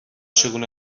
چگونه